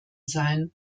sein